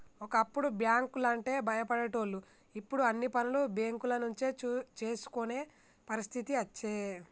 ఒకప్పుడు బ్యాంకు లంటే భయపడేటోళ్లు ఇప్పుడు అన్ని పనులు బేంకుల నుంచే చేసుకునే పరిస్థితి అచ్చే